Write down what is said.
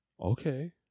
Okay